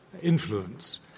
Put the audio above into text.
influence